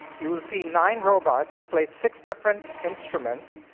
you will see nine robots play six different instruments.